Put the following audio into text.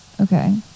Okay